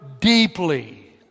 deeply